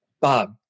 Bob